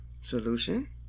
Solution